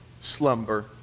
slumber